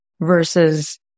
versus